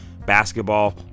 basketball